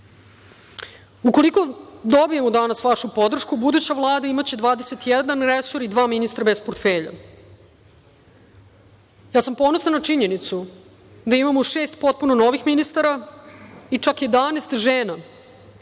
dobijemo danas vašu podršku, buduća Vlada imaće 21 resor i dva ministra bez portfelja. Ja sam ponosna na činjenicu da imamo šest potpuno novih ministara i čak 11 žena,